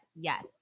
yes